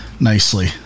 nicely